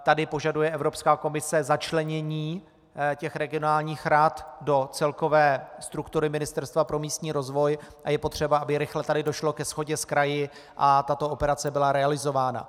Tady požaduje Evropská komise začlenění regionálních rad do celkové struktury Ministerstva pro místní rozvoj a je potřeba, aby tu rychle došlo ke shodě s kraji a tato operace byla realizována.